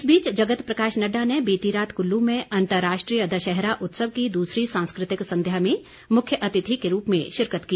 इस बीच जगत प्रकाश नड्डा ने बीती रात कुल्लू में अंतर्राष्ट्रीय दशहरा उत्सव की दूसरी सांस्कृतिक संध्या में मुख्यातिथि के रूप में शिरकत की